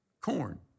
corn